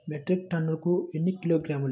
Metric టన్నుకు ఎన్ని కిలోగ్రాములు?